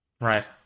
Right